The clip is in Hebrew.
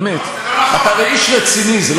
זה היה אחרי שאני כבר התמניתי לשר,